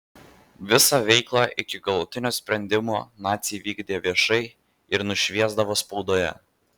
visą veiklą iki galutinio sprendimo naciai vykdė viešai ir nušviesdavo spaudoje